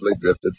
drifted